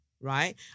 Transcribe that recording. right